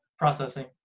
Processing